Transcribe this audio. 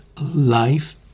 life